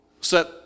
set